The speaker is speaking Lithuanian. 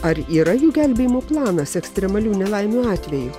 ar yra jų gelbėjimo planas ekstremalių nelaimių atveju